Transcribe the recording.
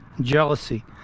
jealousy